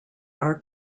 are